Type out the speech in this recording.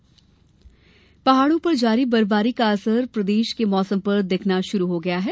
मौसम पहाड़ों पर जारी बर्फबारी का असर प्रदेश के मौसम पर दिखना शुरू हो गया है